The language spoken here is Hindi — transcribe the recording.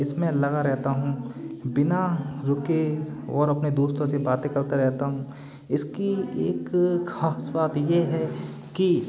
इसमें लगा रहता हूँ बिना रुके और अपने दोस्तों से बातें करते रहता हूँ इसकी एक खास बात यह है कि